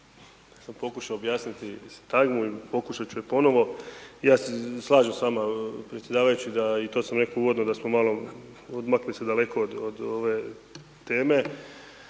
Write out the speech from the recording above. se ne razumije/…, pokušat ću je ponovo. Ja se slažem s vama predsjedavajući da, i to sam rekao uvodno da smo malo odmakli se daleko od ove teme.